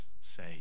say